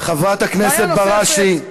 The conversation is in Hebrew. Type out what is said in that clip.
חברת הכנסת בראשי.